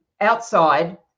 outside